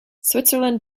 switzerland